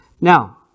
Now